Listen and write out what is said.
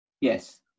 Yes